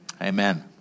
Amen